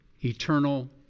eternal